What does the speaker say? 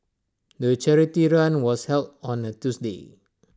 the charity run was held on A Tuesday